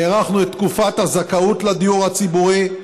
הארכנו את תקופת הזכאות לדיור הציבורי.